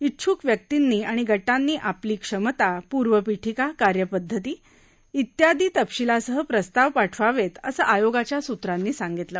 इच्छुक व्यक्तींनी आणि गटांनी आपली क्षमता पूर्वपीठिका कार्यपदधती इत्यादी तपशीलासह प्रस्ताव पाठवावेत असं आयोगाच्या स्त्रांनी सांगितलं